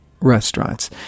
restaurants